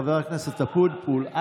חבר הכנסת אבוטבול, בבקשה.